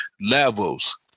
levels